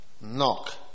Knock